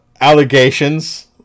allegations